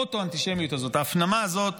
האוטו-אנטישמיות הזאת, ההפנמה הזאת